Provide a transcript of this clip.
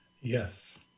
Yes